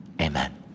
Amen